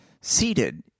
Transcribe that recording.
seated